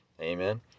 Amen